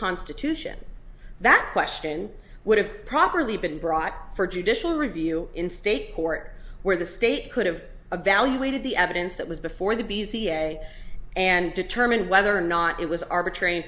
constitution that question would have properly been brought for judicial review in state court where the state could have a valuated the evidence that was before the b z a and determined whether or not it was arbitra